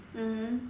mmhmm